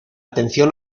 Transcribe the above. atención